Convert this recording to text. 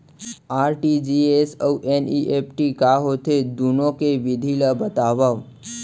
RTGS अऊ NEFT का होथे, दुनो के विधि ला बतावव